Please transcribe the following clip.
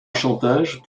chantage